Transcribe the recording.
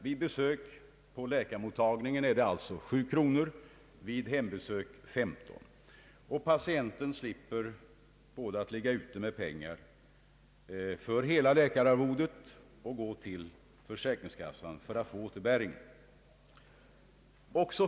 Vid besök på läkarmottagning blir alltså avgiften 7 kronor, vid hembesök 15 kronor, och patienten slipper både att ligga ute med pengar för hela läkararvodet och att gå till försäkringskassan för att få återbäring.